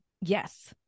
Yes